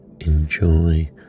enjoy